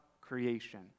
creation